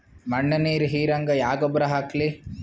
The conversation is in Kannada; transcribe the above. ಮಣ್ಣ ನೀರ ಹೀರಂಗ ಯಾ ಗೊಬ್ಬರ ಹಾಕ್ಲಿ?